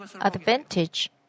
advantage